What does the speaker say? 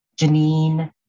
janine